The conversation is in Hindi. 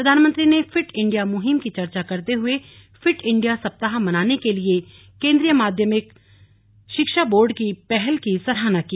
प्रधानमंत्री ने फिट इंडिया मुहिम की चर्चा करते हुए फिट इंडिया सप्ताह मनाने के लिए केन्द्रीय माध्यमिक शिक्षा बोर्ड की पहल की सराहना की